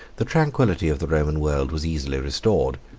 the tranquillity of the roman world was easily restored.